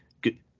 good